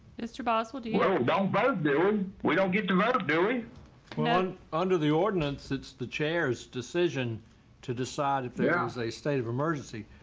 mr. boss will do you know don't but do um we don't get developed during under the ordinance. it's the chairs decision to decide if there was a state of emergency.